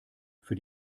für